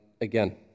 again